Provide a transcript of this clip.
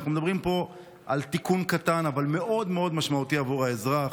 אנחנו מדברים פה על תיקון קטן אבל מאוד מאוד משמעותי עבור האזרח.